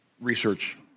research